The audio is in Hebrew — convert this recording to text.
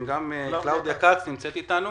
קלאודיה כץ נמצאת אתנו?